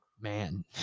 man